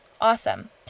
awesome